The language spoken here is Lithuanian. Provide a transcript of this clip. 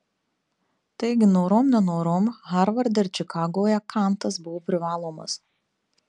taigi norom nenorom harvarde ir čikagoje kantas buvo privalomas